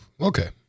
Okay